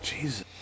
Jesus